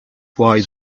why